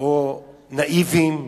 או נאיביים.